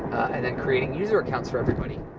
and then creating user accounts for everybody,